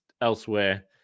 elsewhere